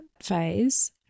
phase